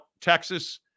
Texas